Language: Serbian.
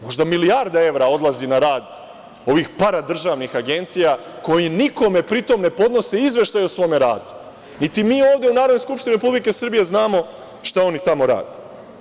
Možda milijarda evra odlazi na rad ovih paradržavnih agencija, koje pri tom nikom ne podnose izveštaj o svom radu, niti mi ovde, u Narodnoj skupštini Republike Srbije znamo šta oni tamo rade?